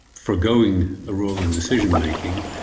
foregoing a role in decision-making.